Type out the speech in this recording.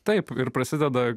taip ir prasideda